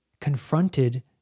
confronted